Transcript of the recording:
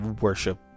worship